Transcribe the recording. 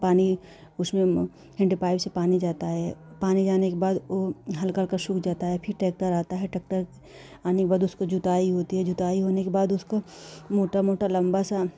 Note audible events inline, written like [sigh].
पानी उसमें हेंडपाइप से पानी जाता है पानी जाने के बाद वह हल्का हल्का सूख जाता है [unintelligible] आता है तब तक आने के बाद उसको जुताई होती है जुताई होने के बाद उसको मोटा मोटा लंबा सा